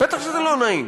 בטח שזה לא נעים.